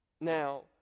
now